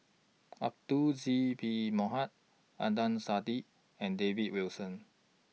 Abdul Aziz Pakkeer Mohamed Adnan Saidi and David Wilson